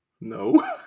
no